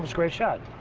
great shot.